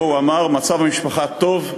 שבו הוא אמר: "מצב המשפחה טוב,